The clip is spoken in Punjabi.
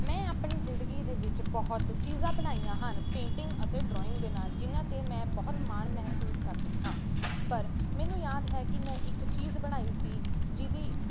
ਮੈਂ ਆਪਣੀ ਜ਼ਿੰਦਗੀ ਦੇ ਵਿੱਚ ਬਹੁਤ ਚੀਜ਼ਾਂ ਬਣਾਈਆਂ ਹਨ ਪੇਂਟਿੰਗ ਅਤੇ ਡਰਾਇੰਗ ਦੇ ਨਾਲ ਜਿਹਨਾਂ 'ਤੇ ਮੈਂ ਬਹੁਤ ਮਾਣ ਮਹਿਸੂਸ ਕਰਦੀ ਹਾਂ ਪਰ ਮੈਨੂੰ ਯਾਦ ਹੈ ਕਿ ਮੈਂ ਇੱਕ ਚੀਜ਼ ਬਣਾਈ ਸੀ ਜਿਹਦੀ